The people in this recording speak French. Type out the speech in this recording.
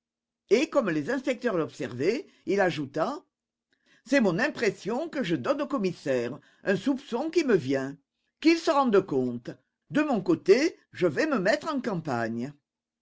et comme les inspecteurs l'observaient il ajouta c'est mon impression que je donne au commissaire un soupçon qui me vient qu'il se rende compte de mon côté je vais me mettre en campagne